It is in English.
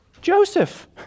Joseph